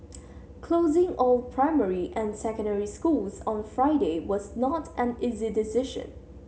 closing all primary and secondary schools on Friday was not an easy decision